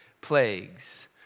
plagues